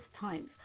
times